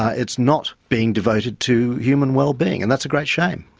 ah it's not being devoted to human wellbeing, and that's a great shame.